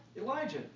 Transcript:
Elijah